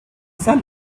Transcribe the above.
some